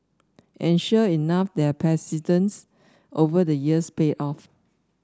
and sure enough their persistence over the years paid off